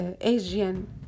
Asian